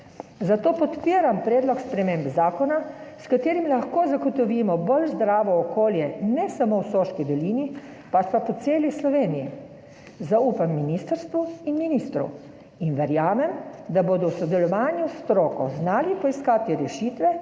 Zato podpiram predlog sprememb zakona, s katerim lahko zagotovimo bolj zdravo okolje ne samo v Soški dolini, pač pa tudi po celi Sloveniji. Zaupam ministrstvu in ministru in verjamem, da bodo v sodelovanju s stroko znali poiskati rešitve,